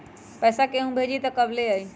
पैसा केहु भेजी त कब ले आई?